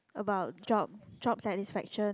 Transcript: about job job satisfaction